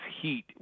heat